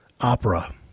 opera